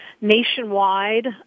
nationwide